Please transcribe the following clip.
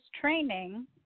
training